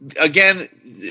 again